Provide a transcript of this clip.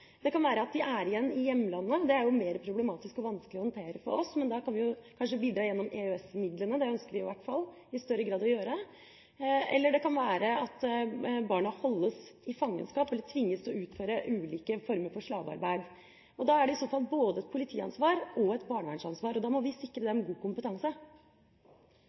Det kan være at de er igjen i hjemlandet. Det er mer problematisk og vanskelig å håndtere for oss, men da kan vi kanskje bidra gjennom EØS-midlene – det ønsker vi i hvert fall i større grad å gjøre. Det kan være at barna holdes i fangenskap eller tvinges til å utføre ulike former for slavearbeid, og da er det i så fall både et politiansvar og et barnevernsansvar, og da må vi sikre dem god kompetanse.